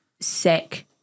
sick